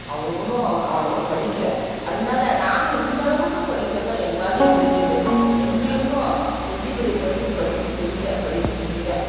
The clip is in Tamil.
அவங்களும் அவ்வளோவா படிக்கல அதனால நாங்கள் இந்தளவுக்கு படிக்க தான் எங்களாலேயும் முடிஞ்சது எங்களுக்கும் பெரிய பெரிய படிப்பு படிக்க தெரியல படிக்க முடியல